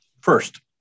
first